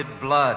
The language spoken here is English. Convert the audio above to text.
Blood